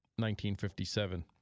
1957